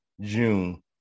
June